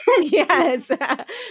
Yes